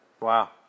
Wow